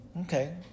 Okay